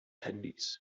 handys